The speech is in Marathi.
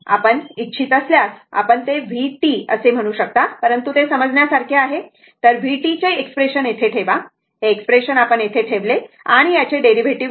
आपण इच्छित असल्यास आपण ते vt असे म्हणू शकता परंतु ते समजण्यासारखे आहे तर vt चे एक्सप्रेशन येथे ठेवा हे एक्सप्रेशन आपण येथे ठेवले आणि याचे डेरीवेटीव्ह घेतले